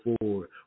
forward